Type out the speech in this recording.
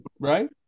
Right